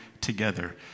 together